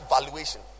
valuation